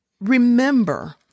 Remember